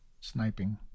sniping